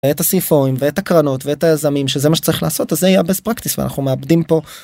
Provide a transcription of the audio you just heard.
היה את ה-CFOים ואת הקרנות ואת היזמים שזה מה שצריך לעשות זה יהיה בסט פרקטיס ואנחנו מאבדים פה.